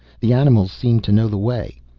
the animals seemed to know the way.